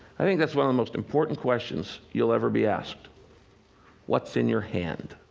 i think that's one of the most important questions you'll ever be asked what's in your hand?